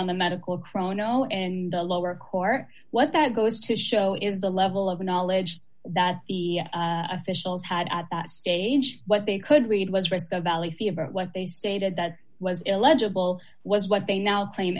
on the medical crow no and the lower court what that goes to show is the level of knowledge that the officials had at that stage what they could read was read the valley fever what they stated that was illegible was what they now claim